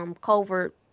covert